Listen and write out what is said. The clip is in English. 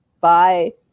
Bye